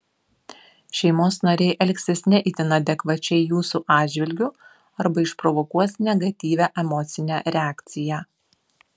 šeimos nariai elgsis ne itin adekvačiai jūsų atžvilgiu arba išprovokuos negatyvią emocinę reakciją